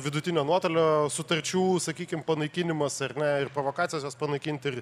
vidutinio nuotolio sutarčių sakykim panaikinimas ar ne ir provokacijos jas panaikinti ir